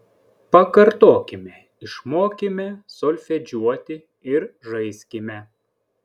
pakartokime išmokime solfedžiuoti ir žaiskime